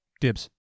Dibs